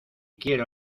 quiero